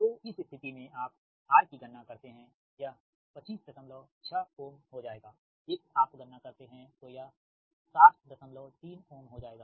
तो इस स्थिति में आप R की गणना करते हैं यह 256 ओम हो जाएगा X आप गणना करते हैं तो यह 603Ω हो जाएगा